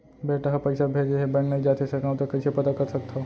बेटा ह पइसा भेजे हे बैंक नई जाथे सकंव त कइसे पता कर सकथव?